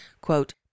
quote